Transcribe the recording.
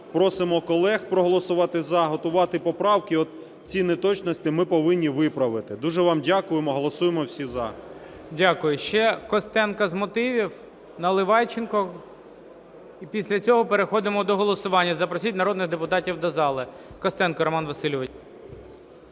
Просимо колег проголосувати "за", готувати поправки і ці неточності ми повинні виправити. Дуже вам дякую. Ми голосуємо всі "за". ГОЛОВУЮЧИЙ. Дякую. Ще Костенко з мотивів, Наливайченко, і після цього переходимо до голосування. Запросіть народних депутатів до зали. Костенко Роман Васильович.